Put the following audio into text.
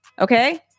okay